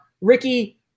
Ricky